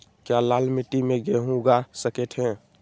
क्या लाल मिट्टी में गेंहु उगा स्केट है?